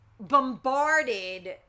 bombarded